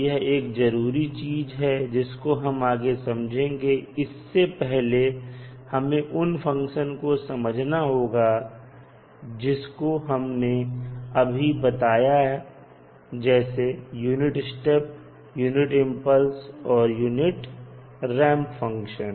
तो यह एक जरूरी चीज है जिसको हम आगे समझेंगे इससे पहले हमें उन फंक्शन को समझना होगा जिसको हमने अभी बताया जैसे यूनिट स्टेप यूनिट इंपल्स और यूनिट रैंप फंक्शन